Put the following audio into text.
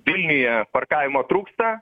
vilniuje parkavimo trūksta